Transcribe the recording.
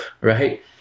right